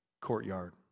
courtyard